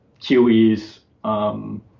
QE's